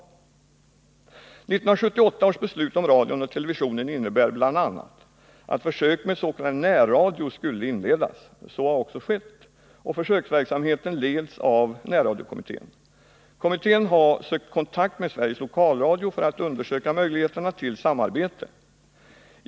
7 1978 års beslut om radion och televisionen innebär bl.a. att försök med s.k. närradio skulle inledas. Så har också skett, och försöksverksamheten leds av närradiokommittén. Kommittén har sökt kontakt med Sveriges Lokalradio för att undersöka möjligheterna till samarbete.